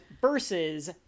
versus